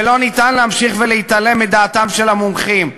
ואין אפשרות להמשיך להתעלם מדעתם של המומחים.